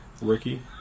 Ricky